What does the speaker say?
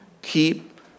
Keep